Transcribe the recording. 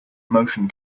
motion